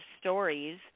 stories